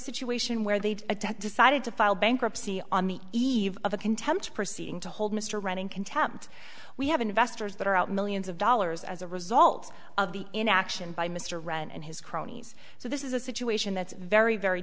situation where they've decided to file bankruptcy on the eve of a contempt proceeding to hold mr wrenn in contempt we have investors that are out millions of dollars as a result of the inaction by mr wrenn and his cronies so this is a situation that's very very